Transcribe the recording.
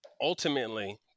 ultimately